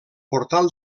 portal